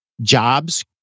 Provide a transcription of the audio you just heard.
jobs